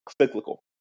cyclical